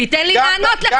תיתן לי לענות לך.